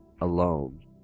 alone